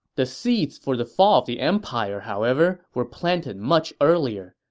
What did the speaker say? the seeds for the fall of the empire, however, were planted much earlier,